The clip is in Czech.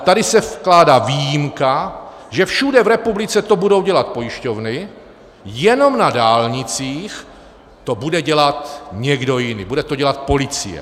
Tady se ale vkládá výjimka, že všude v republice to budou dělat pojišťovny, jenom na dálnicích to bude dělat někdo jiný, bude to dělat policie.